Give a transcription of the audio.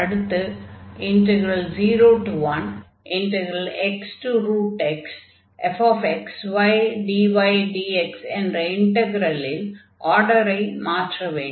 அடுத்து 01xxfxydydx என்ற இன்டக்ரலில் ஆர்டரை மாற்ற வேண்டும்